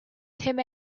tim